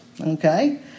Okay